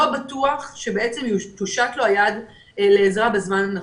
לא בטוח שתושת לו היד לעזרה בזמן הנכון.